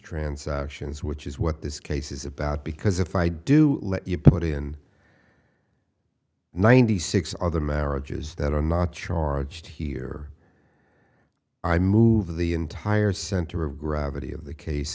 transactions which is what this case is about because if i do let you put in ninety six other marriages that are not charge here i move the entire center of gravity of the case